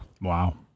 Wow